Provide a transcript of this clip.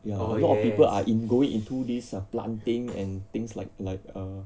ya a lot of people are in going into this uh planting and things like like err